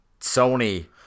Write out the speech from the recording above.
Sony